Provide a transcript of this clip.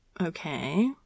Okay